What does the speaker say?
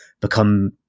become